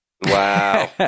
Wow